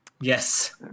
Yes